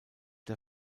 der